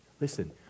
Listen